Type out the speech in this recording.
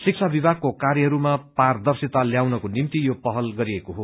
शिक्षा विभागको र्कायहरूमा पारदर्शिता ल्याउनको निम्ति यो पहल गरिएको हो